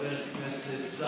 חבר כנסת,